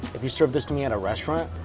if you serve this to me at a restaurant